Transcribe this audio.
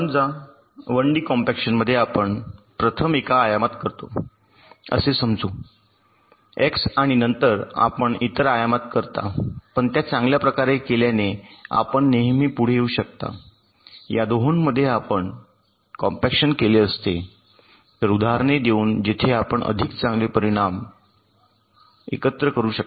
समजा 1d compaction मध्ये आपण प्रथम एका आयामात करतो असे समजू x आणि नंतर आपण इतर आयामात करता पण त्या चांगल्या प्रकारे केल्याने आपण नेहमी पुढे येऊ शकता या दोहोंमध्ये आपण कॉम्पॅक्शन केले असते तर उदाहरणे देऊन जेथे आपण अधिक चांगले परिमाण एकत्र करू शकता